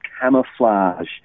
camouflage